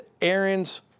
Aaron's